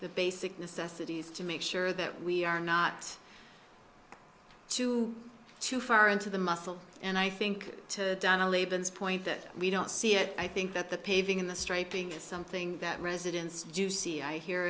the basic necessities to make sure that we are not to too far into the muscle and i think to donna laban's point that we don't see it i think that the paving in the striping is something that residents jussi i hear